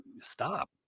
stop